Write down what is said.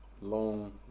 long